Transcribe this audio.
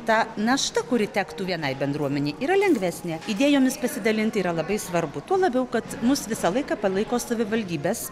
ta našta kuri tektų vienai bendruomenei yra lengvesnė idėjomis pasidalinti yra labai svarbu tuo labiau kad mus visą laiką palaiko savivaldybės